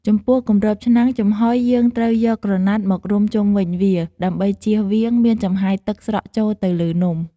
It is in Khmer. ចំពោះគម្របឆ្នាំងចំហុយ យើងត្រូវយកក្រណាត់មករុំជុំវិញវា ដើម្បីចៀសវាងមានចំហាយទឹកស្រក់ចូលទៅលើនំ។